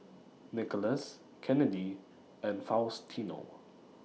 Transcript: Nikolas Kennedi and Faustino